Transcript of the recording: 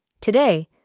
Today